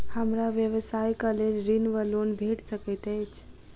हमरा व्यवसाय कऽ लेल ऋण वा लोन भेट सकैत अछि?